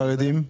חרדים?